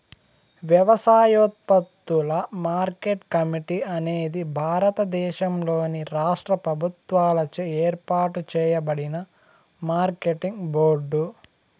వ్యవసాయోత్పత్తుల market committee అనేది భారతదేశంలోని రాష్ట్ర ప్రభుత్వాలచే ఏర్పాటు చేయబడిన మార్కెటింగ్ బోర్డు